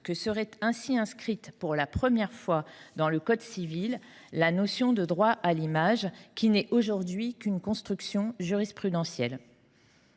que serait ainsi inscrite pour la première fois dans le code civil la notion de « droit à l’image », qui n’est aujourd’hui qu’une construction jurisprudentielle.